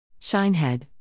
Shinehead